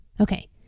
Okay